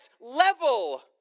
level